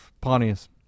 Pontius